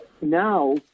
now